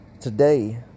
today